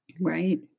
Right